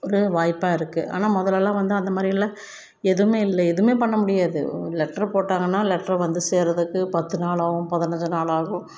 ஒரு வாய்ப்பாக இருக்குது ஆனால் முதலல்லாம் வந்து அந்த மாதிரிலாம் எதுவுமே இல்லை எதுவுமே பண்ண முடியாது ஒரு லெட்ரு போட்டாங்கன்னா லெட்ரை வந்து சேர்கிறதுக்கு பத்து நாள் ஆகும் பதினைஞ்சி நாள் ஆகும்